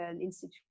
Institute